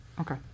Okay